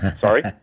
Sorry